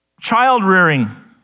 Child-rearing